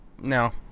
no